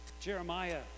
Jeremiah